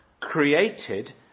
created